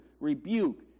rebuke